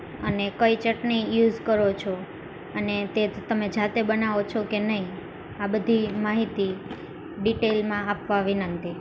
અને કઈ ચટણી યુઝ કરો છો અને તે તમે જાતે બનાવો છો કે નહી આ બધી માહિતી ડિટેઈલમાં આપવા વિનંતી